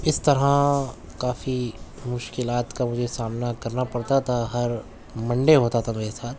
اس طرح کافی مشکلات کا مجھے سامنا کرنا پڑتا تھا ہر منڈے ہوتا تھا میرے ساتھ